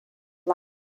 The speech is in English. life